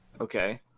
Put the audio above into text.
Okay